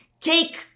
Take